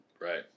right